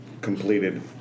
completed